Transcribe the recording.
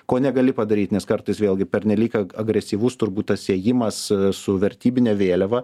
ko negali padaryti nes kartais vėlgi pernelyg agresyvus turbūt tas ėjimas su vertybine vėliava